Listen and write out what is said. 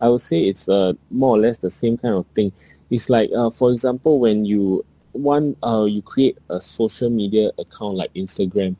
I would say it's uh more or less the same kind of thing is like uh for example when you want uh you create a social media account like Instagram